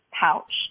pouch